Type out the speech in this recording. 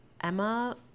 Emma